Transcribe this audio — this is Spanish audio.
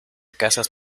casas